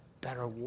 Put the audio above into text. better